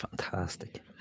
Fantastic